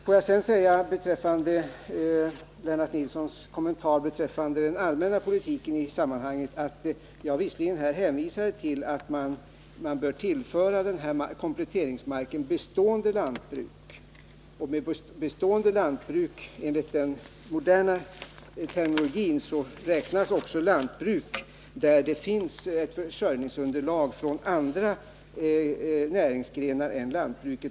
Får jag sedan säga, beträffande Lennart Nilssons kommentar till den allmänna politiken i sammanhanget, att jag visserligen hänvisade till att man bör tillföra bestående lantbruk den här marken — men till bestående lantbruk räknar jag för min del också lantbruk där det finns försörjningsunderlag från andra näringsgrenar än lantbruk.